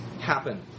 happen